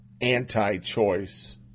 anti-choice